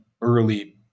early